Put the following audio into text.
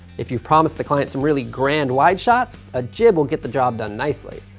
if you've promised the client some really grand wide shots, a jib will get the job done nicely.